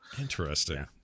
interesting